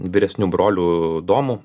vyresniu broliu domu